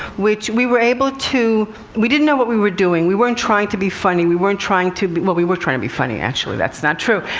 which we were able to we didn't know what we were doing. we weren't trying to be funny, we weren't trying to be well, we were trying to be funny actually, that's not true.